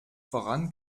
voran